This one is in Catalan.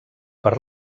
per